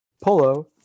Polo